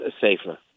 safer